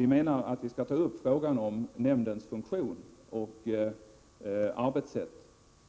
Vi framhåller att vi skall ta upp frågan om nämndens funktion och arbetssätt